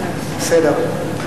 בסדר.